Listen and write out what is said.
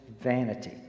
vanity